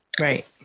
right